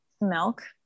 milk